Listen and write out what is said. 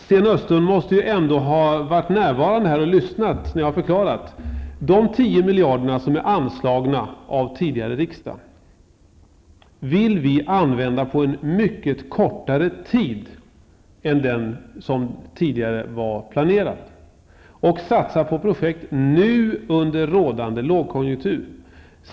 Sten Östlund måste trots allt ha varit närvarande och lyssnat när jag förklarade att vi vill använda de 10 miljarder som anslagits på mycket kortare tid än vad som från början var planerat. Vi vill satsa på projekt under nu rådande lågkonjunktur.